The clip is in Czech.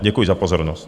Děkuji za pozornost.